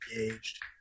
engaged